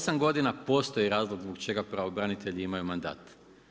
8 godina postoji razlog zbog čega pravobranitelji imaju mandat.